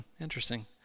interesting